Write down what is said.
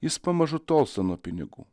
jis pamažu tolsta nuo pinigų